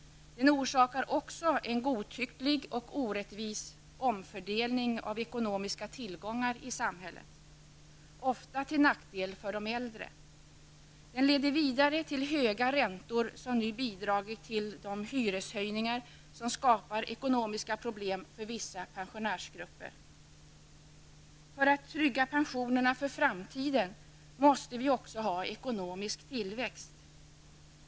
Den orsakar också en godtycklig och orättvis omfördelning av ekonomiska tillgångar i samhället, ofta till nackdel för de äldre. Den leder vidare till höga räntor, som nu bidragit till de hyreshöjningar som skapar ekonomiska problem för vissa pensionärsgrupper. För att trygga pensionerna för framtiden måste vi också ha ekonomisk tillväxt.